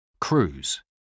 Cruise